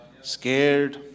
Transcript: Scared